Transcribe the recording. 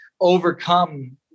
overcome